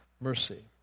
mercy